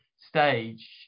stage